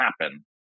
happen